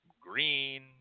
green